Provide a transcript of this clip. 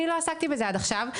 אני לא עסקתי בזה עד עכשיו,